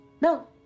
No